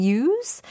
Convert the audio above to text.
use